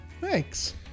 thanks